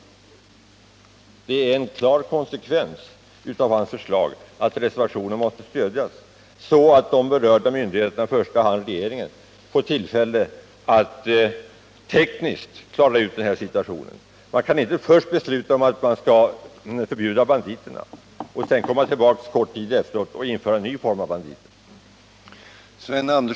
Nr 43 Det är en klar konsekvens av hans förslag att reservationen måste stödjas, så att de berörda myndigheterna, i första hand regeringen, får tillfälle att tekniskt klara ut situationen. Man kan inte först besluta om att förbjuda banditerna och sedan komma tillbaka kort tid efteråt och införa en ny form av banditer.